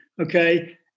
okay